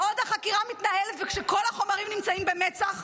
בעוד החקירה מתנהלת וכשכל החומרים נמצאים במצ"ח,